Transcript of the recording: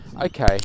okay